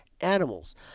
animals